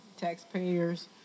taxpayers